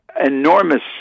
enormous